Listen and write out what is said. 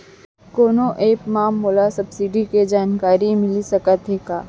कोनो एप मा मोला सब्सिडी के जानकारी मिलिस सकत हे का?